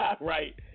Right